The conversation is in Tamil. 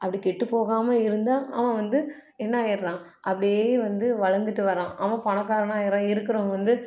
அப்படி கெட்டுப்போகாமல் இருந்தால் அவன் வந்து என்னாயிட்றான் அப்படியே வந்து வளர்ந்துட்டு வரான் அவன் பணக்காரனாயிடுறான் இருக்கறவங்க வந்து